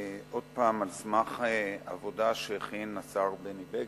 עוד פעם, על סמך עבודה שהכין השר בני בגין.